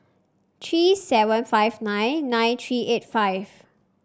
three seven five nine nine three eight five